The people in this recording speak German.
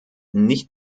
nicht